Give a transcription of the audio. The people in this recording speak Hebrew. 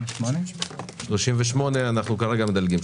38. 38 אנחנו כרגע מדלגים.